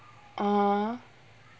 (uh huh)